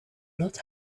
not